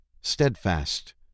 steadfast